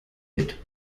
mit